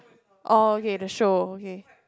orh okay the show okay